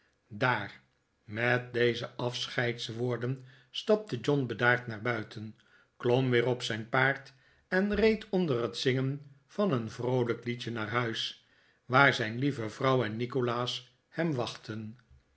daar met deze afscheidswoorden stapte john bedaard naar buiten klom weer op zijn paard en reed onder het zingen van een vroolijk liedje naar huis waar zijn lieve vrouw en nikolaas hem wachtten